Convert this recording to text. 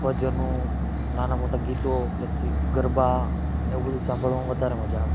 ભજનો નાનાં મોટાં ગીતો પછી ગરબા એવું બધુ સાંભળવામાં વધારે મજા આવે